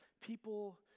People